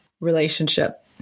relationship